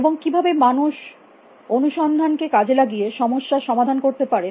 এবং কিভাবে মানুষ অনুসন্ধান কে কাজে লাগিয়ে সমস্যার সমাধান করতে পারে